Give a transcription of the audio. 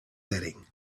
setting